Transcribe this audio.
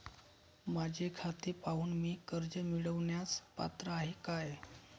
माझे खाते पाहून मी कर्ज मिळवण्यास पात्र आहे काय?